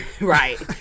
Right